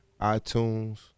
iTunes